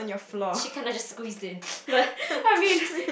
she kind of just squeezed in but I mean